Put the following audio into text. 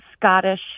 Scottish